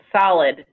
solid